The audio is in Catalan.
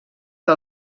que